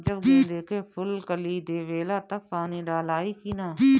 जब गेंदे के फुल कली देवेला तब पानी डालाई कि न?